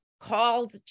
called